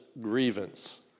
grievance